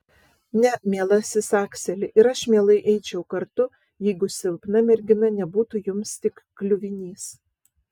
ne mielasis akseli ir aš mielai eičiau kartu jeigu silpna mergina nebūtų jums tik kliuvinys